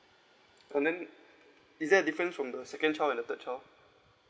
and then is there a different from the second child and the third child